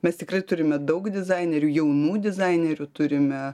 mes tikrai turime daug dizainerių jaunų dizainerių turime